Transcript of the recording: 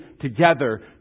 together